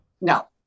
No